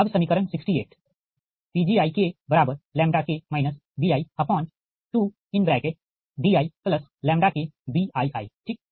अब समीकरण 68 Pgi bi2diBii ठीक